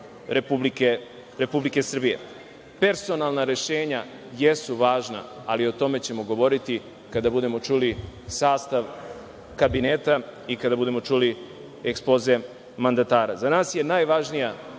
Republike Srbije. Personalna rešenja jesu važna, ali o tome ćemo govoriti kada budemo čuli sastav kabineta i kada budemo čuli ekspoze mandatara. Za nas je najvažnija